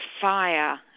fire